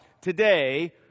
today